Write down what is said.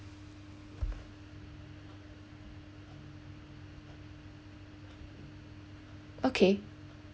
okay